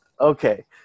Okay